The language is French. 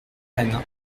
reine